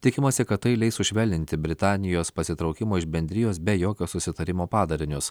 tikimasi kad tai leis sušvelninti britanijos pasitraukimo iš bendrijos be jokio susitarimo padarinius